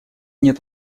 нет